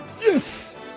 Yes